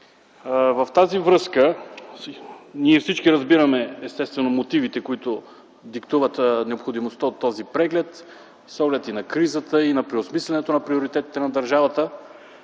и т.н. Естествено, всички ние разбираме мотивите, които диктуват необходимостта от този преглед с оглед и на кризата, и на преосмислянето на приоритетите на държавата.